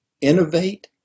innovate